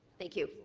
thank you.